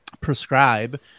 prescribe